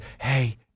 Hey